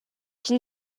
can